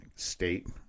State